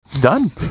done